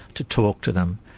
to talk to them,